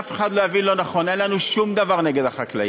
שאף אחד לא יבין לא נכון: אין לנו שום דבר נגד החקלאים.